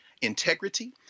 integrity